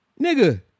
Nigga